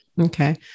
Okay